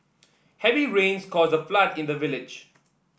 heavy rains caused a flood in the village